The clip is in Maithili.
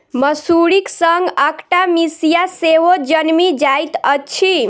मसुरीक संग अकटा मिसिया सेहो जनमि जाइत अछि